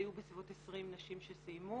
היו בסביבות 20 נשים שסיימו,